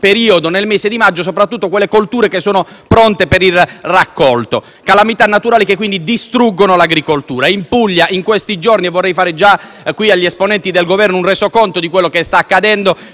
colpisce nel mese di maggio soprattutto quelle colture che sono pronte per il raccolto. Sono calamità naturali che distruggono l'agricoltura. In Puglia in questi giorni - vorrei fare già qui, agli esponenti del Governo, un resoconto di quello che sta accadendo